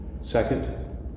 Second